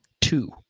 Two